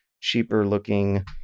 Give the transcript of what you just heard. cheaper-looking